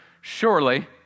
Surely